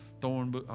thorn